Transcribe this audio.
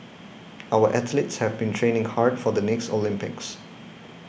our athletes have been training hard for the next Olympics